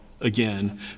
again